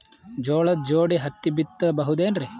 ಜೋಳದ ಜೋಡಿ ಹತ್ತಿ ಬಿತ್ತ ಬಹುದೇನು?